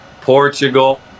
Portugal